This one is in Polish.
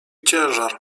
ciężar